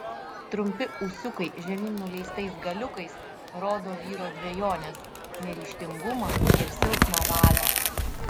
trumpi ūsiukai žemyn nuleistais galiukais rodo vyro dvejones neryžtingumą ir silpną valią